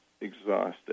exhausted